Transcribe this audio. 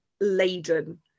laden